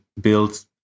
build